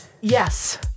Yes